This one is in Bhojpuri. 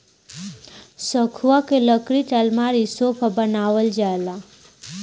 सखुआ के लकड़ी के अलमारी, सोफा बनावल जाला